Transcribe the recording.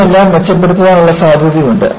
ഇതിനെല്ലാം മെച്ചപ്പെടുത്താനുള്ള സാധ്യതയുണ്ട്